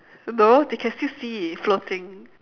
no they can still see floating